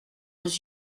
aux